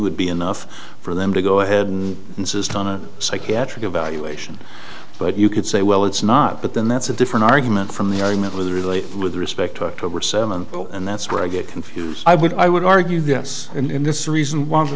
would be enough for them to go ahead and insist on a psychiatric evaluation but you could say well it's not but then that's a different argument from the argument with a really with respect and that's where i get confused i would i would argue this in this reason